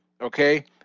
okay